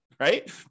Right